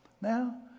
Now